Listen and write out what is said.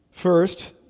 First